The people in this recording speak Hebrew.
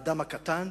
האדם הקטן.